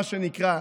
מה שנקרא,